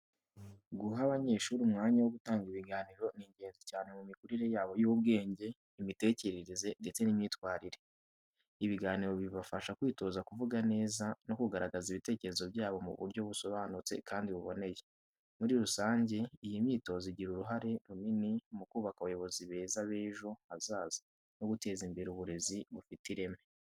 Guha abanyeshuri umwanya wo gutanga ibiganiro ni ingenzi cyane mu mikurire yabo y’ubwenge, imitekerereze ndetse n’imyitwarire. Ibiganiro bibafasha kwitoza kuvuga neza no kugaragaza ibitekerezo byabo mu buryo busobanutse kandi buboneye. Muri rusange, iyi myitozo igira uruhare runini mu kubaka abayobozi beza b’ejo hazaza no guteza imbere uburezi bufite ireme.